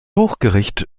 hochgericht